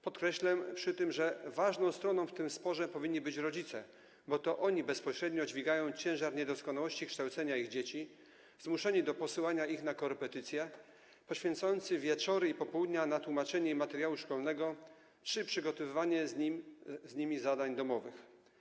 Podkreślę przy tym, że ważną stroną w tym sporze powinni być rodzice, bo to oni bezpośrednio dźwigają ciężar niedoskonałości kształcenia ich dzieci, zmuszani do posyłania ich na korepetycje, poświęcający wieczory i popołudnia na tłumaczenie materiału szkolnego czy przygotowywanie z nimi zadań domowych.